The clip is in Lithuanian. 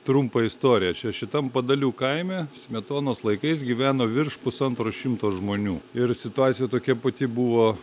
trumpą istoriją čia šitam padalių kaime smetonos laikais gyveno virš pusantro šimto žmonių ir situacija tokia pati buvo